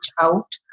out